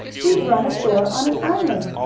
we've run ashore on an island.